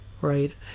right